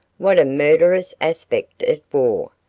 what a murderous aspect it wore,